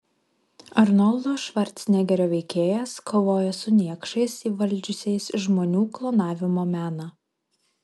arnoldo švarcnegerio veikėjas kovoja su niekšais įvaldžiusiais žmonių klonavimo meną